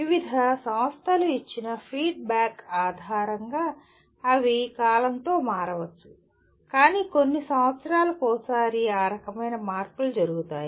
వివిధ సంస్థలు ఇచ్చిన ఫీడ్బ్యాక్ ఆధారంగా అవి కాలంతో మారవచ్చు కాని కొన్ని సంవత్సరాలకి ఒకసారి ఆ రకమైన మార్పులు జరుగుతాయి